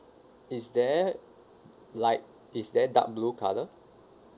is there like is there dark blue colour